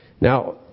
Now